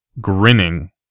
Grinning